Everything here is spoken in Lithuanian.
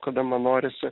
kada man norisi